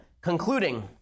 concluding